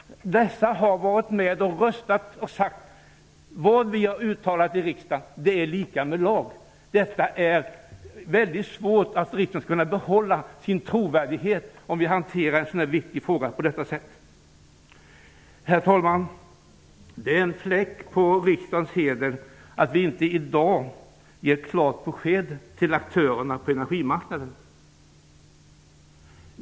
Dessa har tidigare röstat med och sagt att vad vi har uttalat i riksdagen det är lika med lag. Det är svårt för riksdagen att behålla sin trovärdighet om vi hanterar en sådan viktig fråga på detta sätt. Herr talman! Det är en fläck på riksdagens heder att vi inte i dag ger klart besked till aktörerna på energimarknaden.